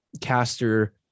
caster